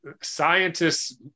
scientists